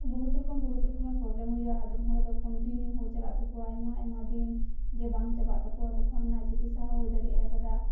ᱵᱚᱦᱩᱛ ᱨᱚᱠᱚᱢ ᱵᱚᱦᱩᱛ ᱨᱚᱠᱚᱢ ᱯᱨᱚᱵᱽᱞᱮᱢ ᱦᱩᱭᱩᱜᱼᱟ ᱟᱫᱚᱢ ᱦᱚᱲ ᱫᱚ ᱠᱚᱱᱴᱤᱱᱤᱭᱩ ᱦᱩᱭ ᱪᱟᱞᱟᱜ ᱛᱟᱠᱚᱣᱟ ᱟᱭᱢᱟ ᱟᱭᱢᱟ ᱫᱤᱱ ᱡᱮ ᱵᱟᱝ ᱪᱟᱝ ᱪᱟᱵᱟᱜ ᱛᱟᱠᱚᱣᱟ ᱛᱚᱠᱷᱚᱱ ᱚᱱᱟ ᱪᱤᱠᱤᱥᱥᱟ ᱦᱚᱸ ᱦᱩᱭ ᱫᱟᱲᱮᱭᱟᱜ ᱠᱟᱫᱟ